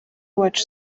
wacu